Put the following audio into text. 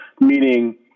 meaning